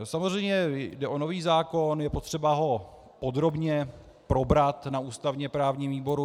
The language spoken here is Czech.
Samozřejmě jde o nový zákon, je potřeba ho podrobně probrat na ústavněprávním výboru.